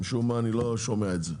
משום מה אני לא שומע את זה,